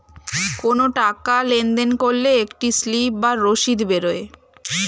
কোনো টাকা লেনদেন করলে একটা স্লিপ বা রসিদ বেরোয়